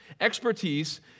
expertise